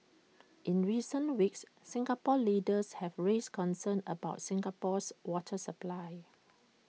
in recent weeks Singapore leaders have raised concerns about Singapore's water supply